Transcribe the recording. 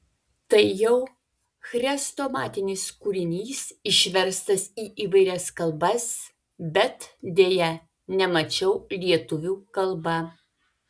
tai jau chrestomatinis kūrinys išverstas į įvairias kalbas bet deja nemačiau lietuvių kalba